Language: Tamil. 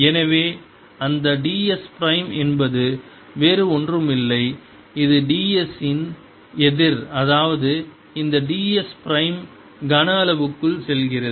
எனவே அந்த ds பிரைம் என்பது வேறு ஒன்றும் இல்லை இது ds இன் எதிர் அதாவது இந்த ds பிரைம் கன அளவுக்குள் செல்கிறது